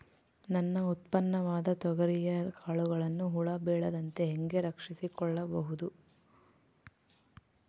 ನನ್ನ ಉತ್ಪನ್ನವಾದ ತೊಗರಿಯ ಕಾಳುಗಳನ್ನು ಹುಳ ಬೇಳದಂತೆ ಹೇಗೆ ರಕ್ಷಿಸಿಕೊಳ್ಳಬಹುದು?